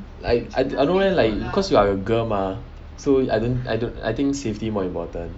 I I dunno leh like because you are a girl mah so I don't I don't I think safety more important